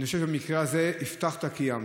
אני חושב שבמקרה הזה הבטחת, קיימת,